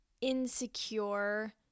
insecure